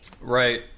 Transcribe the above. Right